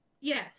Yes